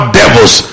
devils